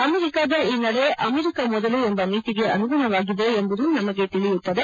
ಅಮೆರಿಕದ ಈ ನಡೆ ಅಮೆರಿಕ ಮೊದಲು ಎಂಬ ನೀತಿಗೆ ಅನುಗುಣವಾಗಿದೆ ಎಂಬುದು ನಮಗೆ ಅರ್ಥವಾಗುತ್ತದೆ